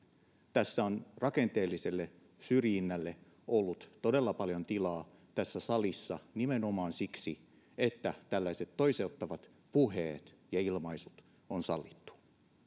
tässä salissa on rakenteelliselle syrjinnälle ollut todella paljon tilaa nimenomaan siksi että tällaiset toiseuttavat puheet ja ilmaisut on sallittu